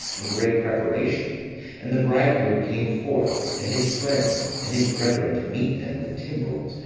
and great preparation and the bridegroom came forth, and his friends, and his brethren to meet them with timbrels,